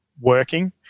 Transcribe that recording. working